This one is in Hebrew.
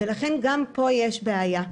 לכן, גם פה יש בעיה.